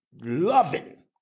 loving